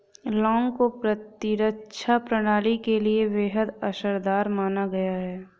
लौंग को प्रतिरक्षा प्रणाली के लिए बेहद असरदार माना गया है